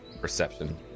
Perception